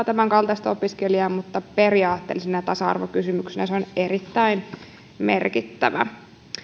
tämän kaltaista opiskelijaa periaatteellisena ja tasa arvokysymyksenä se on erittäin merkittävä